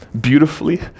Beautifully